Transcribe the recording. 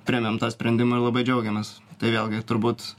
priėmėm tą sprendimą ir labai džiaugiamės tai vėlgi turbūt